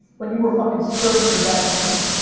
when you were fucking sperm in your dad's dick.